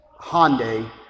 Hyundai